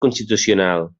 constitucional